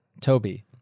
Toby